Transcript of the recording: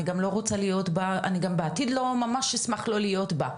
אני לא רוצה להיות בה ואני גם בעתיד אשמח מאוד לא להיות בה.